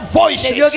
voices